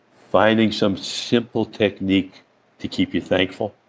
finding some simple technique to keep you thankful.